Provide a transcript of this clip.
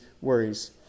worries